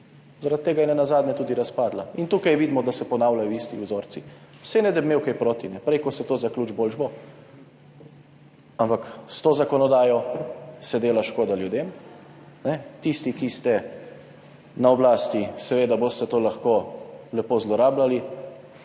zaradi tega je nenazadnje tudi razpadla in tukaj vidimo, da se ponavljajo isti vzorci. Saj ne, da bi imel kaj proti, prej kot se to zaključi, bolje bo, ampak s to zakonodajo se dela škoda ljudem. Tisti, ki ste na oblasti, boste seveda to lahko lepo zlorabljali,